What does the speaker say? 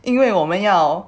因为我们要